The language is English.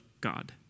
God